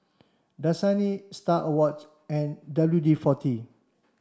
Dasani Star Awards and W D forty